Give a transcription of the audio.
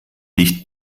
dicht